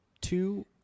two